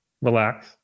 relax